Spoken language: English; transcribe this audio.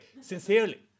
sincerely